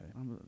okay